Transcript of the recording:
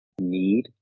need